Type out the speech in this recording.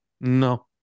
no